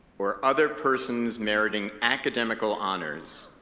or other persons meriting academical honors,